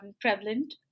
prevalent